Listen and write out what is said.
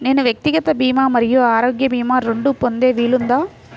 నేను వ్యక్తిగత భీమా మరియు ఆరోగ్య భీమా రెండు పొందే వీలుందా?